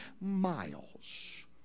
miles